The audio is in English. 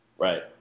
Right